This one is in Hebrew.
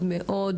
מאוד